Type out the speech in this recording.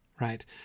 right